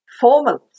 formal